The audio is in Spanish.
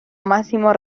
máximos